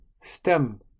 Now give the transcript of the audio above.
stem